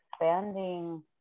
expanding